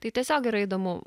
tai tiesiog yra įdomu